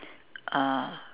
uh